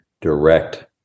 direct